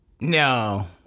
No